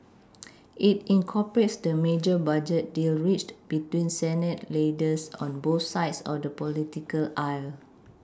it incorporates the major budget deal reached between Senate leaders on both sides of the political aisle